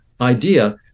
idea